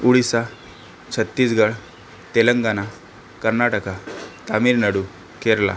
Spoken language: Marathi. उडीसा छत्तीसगढ तेलंगाना कर्नाटका तामिलनाडू केरला